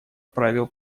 правил